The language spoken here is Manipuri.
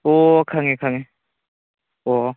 ꯑꯣ ꯈꯪꯉꯦ ꯈꯪꯉꯦ ꯑꯣ